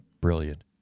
brilliant